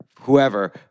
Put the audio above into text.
whoever